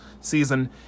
season